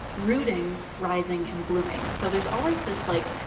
rooting, rising, and blooming. so there's always this, like,